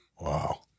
Wow